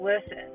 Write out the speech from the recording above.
listen